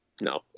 no